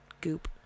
goop